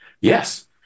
Yes